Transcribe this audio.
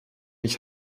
ich